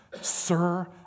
sir